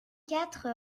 quatre